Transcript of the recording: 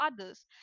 others